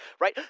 right